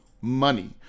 money